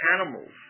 animals